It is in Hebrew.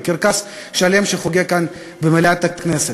לקרקס שלם שחוגג כאן במליאת הכנסת.